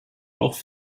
auch